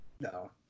No